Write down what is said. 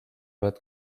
oled